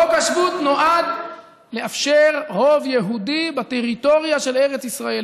חוק השבות נועד לאפשר רוב יהודי בטריטוריה של ארץ ישראל,